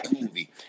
movie